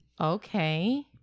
Okay